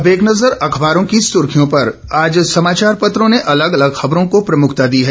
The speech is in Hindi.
अब एक नजर अखबारों की सुर्खियों पर आज समाचार पत्रों ने अलग अलग खबरों को प्रमुखता दी है